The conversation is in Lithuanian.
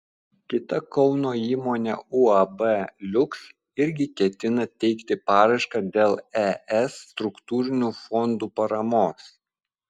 kita kauno įmonė uab liuks irgi ketina teikti paraišką dėl es struktūrinių fondų paramos